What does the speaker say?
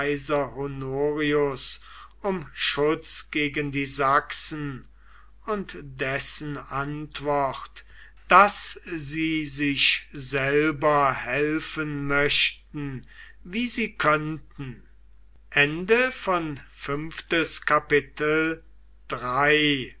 um schutz gegen die sachsen und dessen antwort daß sie sich selber helfen möchten wie sie könnten